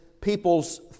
people's